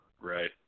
right